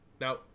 Now